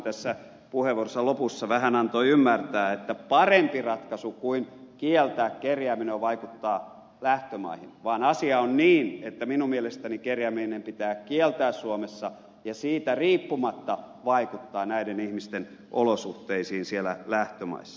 söderman puheenvuoronsa lopussa vähän antoi ymmärtää että parempi ratkaisu kuin kieltää kerjääminen on vaikuttaa lähtömaihin vaan asia on niin että minun mielestäni kerjääminen pitää kieltää suomessa ja siitä riippumatta vaikuttaa näiden ihmisten olosuhteisiin siellä lähtömaissa